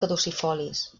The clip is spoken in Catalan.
caducifolis